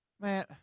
Man